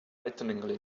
frighteningly